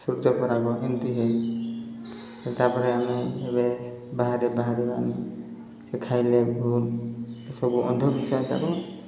ସୂର୍ଯ୍ୟପରାଗ ଏମିତି ହେଇ ତା'ପରେ ଆମେ ଏବେ ବାହାରେ ବାହାରେ ଆଣି ସେ ଖାଇଲେ ଭୁଲ ଏସବୁ ଅନ୍ଧବିଶ୍ୱାସ ଯାକ